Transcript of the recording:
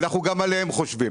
אנחנו גם עליהם חושבים.